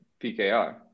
PKR